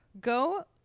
Go